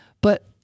but-